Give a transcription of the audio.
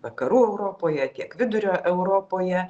vakarų europoje tiek vidurio europoje